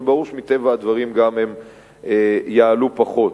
וברור שמטבע הדברים הן גם יעלו פחות.